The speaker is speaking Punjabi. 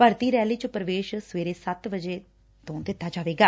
ਭਰਤੀ ਰੈਲੀ ਚ ਪ੍ਰਵੇਸ਼ ਸਵੇਰੇ ਸੱਤ ਵਜੇ ਦਿੱਤਾ ਜਾਏਗਾ